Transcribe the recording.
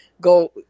go